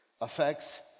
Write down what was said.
affects